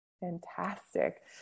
Fantastic